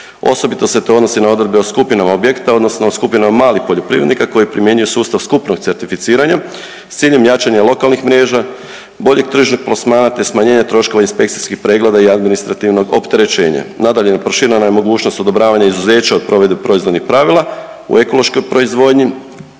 osobito se to odnosi na odredbe o skupinama objekta odnosno o skupinama malih poljoprivrednika koji primjenjuju sustav skupnog certificiranja s ciljem jačanja lokalnih mreža, boljeg tržišnog plasmana, te smanjenja troškova inspekcijskih pregleda i administrativnog opterećenja. Nadalje, proširena je mogućnost odobravanja izuzeća od provedbe proizvodnih pravila u ekološkoj proizvodnji